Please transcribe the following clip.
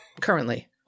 Currently